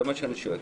זה מה שאני שואל.